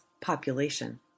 population